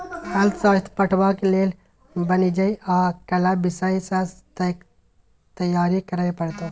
अर्थशास्त्र पढ़बाक लेल वाणिज्य आ कला विषय सँ तैयारी करय पड़तौ